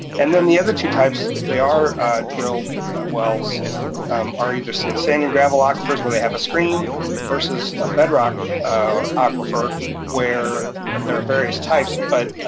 and then the other two types, if they are drilled ah wells um are either sand sand and gravel aquifers where they have a screen versus a bedrock aquifer where there're various types, but